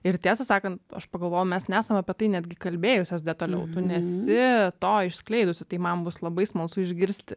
ir tiesą sakant aš pagalvojau mes nesam apie tai netgi kalbėjusios detaliau tu nesi to išskleidusi tai man bus labai smalsu išgirsti